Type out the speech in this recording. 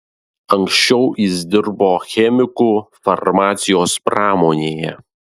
anksčiau jis dirbo chemiku farmacijos pramonėje